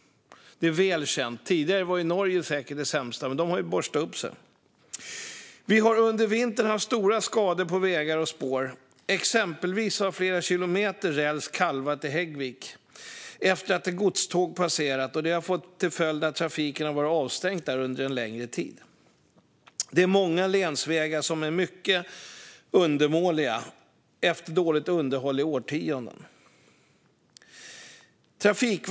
Tidigare var Norge säkert sämst, men de har borstat upp sig. Vi har under vintern haft stora skador på vägar och spår. Exempelvis har flera kilometer räls "kalvat" i Häggvik efter att ett godståg passerat. Det har fått till följd att trafiken varit avstängd där under en längre tid. Det är många länsvägar som är mycket undermåliga efter årtionden av dåligt underhåll.